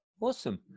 awesome